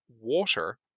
water